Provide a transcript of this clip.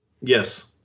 Yes